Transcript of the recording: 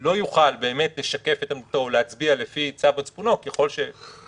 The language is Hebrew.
לא יוכל לשקף את עמדתו או להצביע לפי צו מצפונו -- ככל שיש מצפון.